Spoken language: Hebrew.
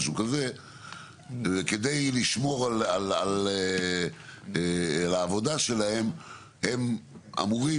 וכדי לשמור על העבודה שלהם הם אמורים